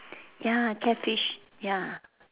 ya catfish ya